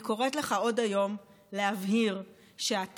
אני קוראת לך עוד היום להבהיר שאתה